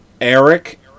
Eric